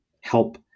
help